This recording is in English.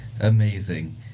amazing